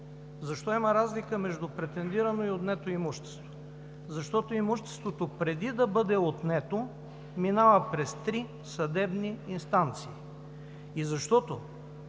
Защо има разлика между претендирано и отнето имущество? Защото имуществото, преди да бъде отнето, минава през три съдебни инстанции и защото,